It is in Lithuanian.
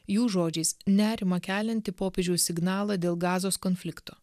jų žodžiais nerimą keliantį popiežiaus signalą dėl gazos konflikto